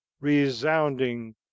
resounding